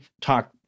talk